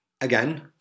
again